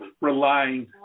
relying